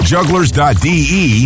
Jugglers.de